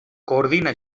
coordina